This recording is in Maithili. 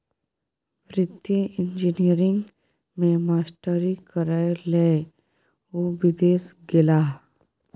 वित्तीय इंजीनियरिंग मे मास्टरी करय लए ओ विदेश गेलाह